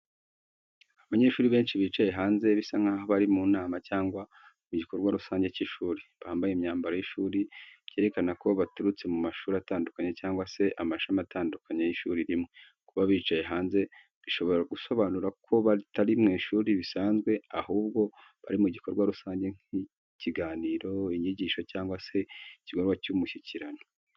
Abanyeshuri benshi bicaye hanze bisa nk’aho bari mu nama cyangwa mu gikorwa rusange cy’ishuri. Bambaye imyambaro y’ishuri, byerekana ko baturutse mu mashuri atandukanye cyangwa se amashami atandukanye y’ishuri rimwe. Kuba bicaye hanze bishobora gusobanura ko batari mu ishuri bisanzwe, ahubwo bari mu gikorwa rusange nk’ikiganiro, inyigisho cyangwa se igikorwa cy’umushyikirano.